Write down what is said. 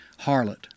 harlot